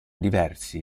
diversi